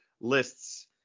lists